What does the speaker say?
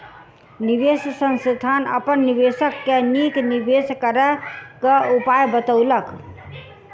निवेश संस्थान अपन निवेशक के नीक निवेश करय क उपाय बतौलक